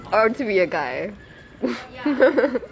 how to be a guy